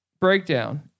breakdown